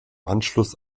anschluss